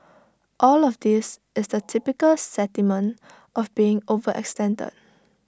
all of this is the typical sentiment of being overextended